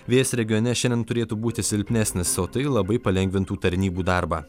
vėjas regione šiandien turėtų būti silpnesnis o tai labai palengvintų tarnybų darbą